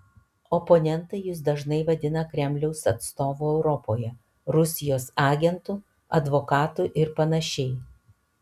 oponentai jus dažnai vadina kremliaus atstovu europoje rusijos agentu advokatu ir panašiai